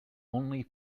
only